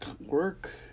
work